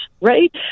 right